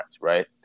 right